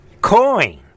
coin